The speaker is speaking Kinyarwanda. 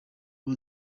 aba